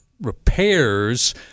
repairs